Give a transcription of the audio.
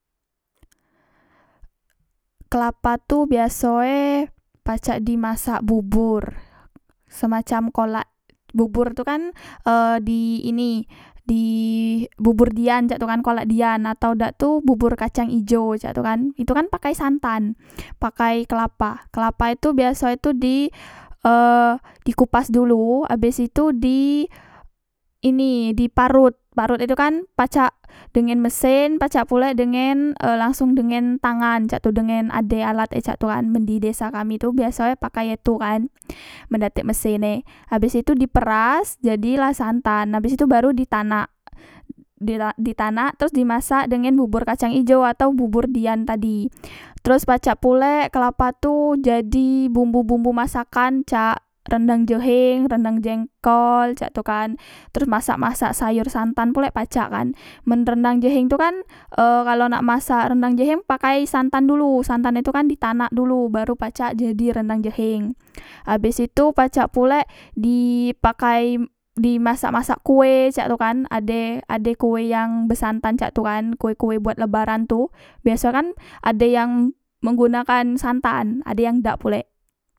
Kelapatu biasoe pacak di masak bubur semacam kolak bubur tukan e di ini di bubur dian cak itu kan kolak dian atau dak tu bubur kacang ijo cak tu kan itu kan pakai santan pakai kelapa kelapa itu biaso e itu di e dikupas dulu abes itu di ini di parut parut itu kan pacak dengen mesen pacak pulek dengen e langsong dengen tangan cak itu dengen ade alat e cak tu kan men di desa kami tu biasoe pakai itu kan men dak tek mesin e habis itu diperas jadilah santan nah abes itu baru di tanak di la ditanak teros dimasak dengen bubur kacang ijo atau bubur dian tadi teros pacak pulek kelapa tu jadi bumbu bumbu masakan cak rendang jeheng rendang jengkol cak tu kan teros masak masak sayor santan pulek pacak kan men rendang jeheng tu kan e kalo nak masak rendang jeheng pakai santan dulu santan e tu kan di tanam dulu baru pacak jadi rendang jeheng abis itu pacak pulek di pakai di masak masak kue cak tu kan ade ade kue yang besantan cak tu kan kue buat lebaran tu biaso kan ade yang menggunakan santan ade yang dak pulek